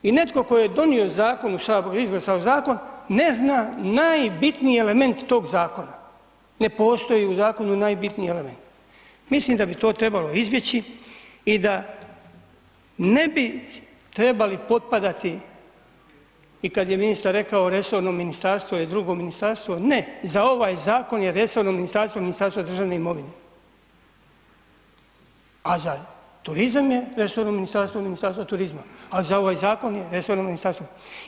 I netko tko je donio zakonu Saboru i izglasao zakon, ne zna najbitniji element toga zakona. ne postoji u zakonu najbitniji element, mislim da bi to trebalo izbjeći i da ne bi trebali potpadati i kad je ministar rekao resorno ministarstvo je drugo, ministarstvo ne, za ovaj zakon je resorno ministarstvo Ministarstvo državne imovine a za turizam je resorno ministarstvo Ministarstvo turizma a ovaj zakon je resorno ministarstvo.